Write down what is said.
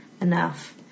Enough